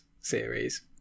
series